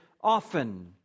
often